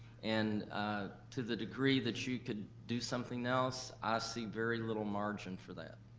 and to the degree that you could do something else, i see very little margin for that.